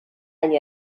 hain